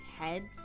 heads